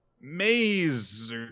Maze